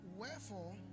wherefore